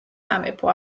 სამეფო